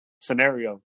scenario